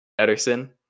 Ederson